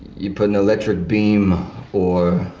you put an electric beam or